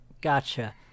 Gotcha